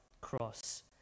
cross